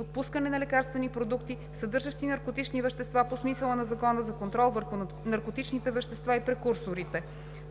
отпускане на лекарствени продукти, съдържащи наркотични вещества по смисъла на Закона за контрол върху наркотичните вещества и прекурсорите;